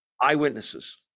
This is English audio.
eyewitnesses